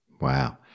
Wow